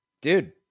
Dude